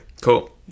Cool